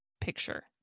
Picture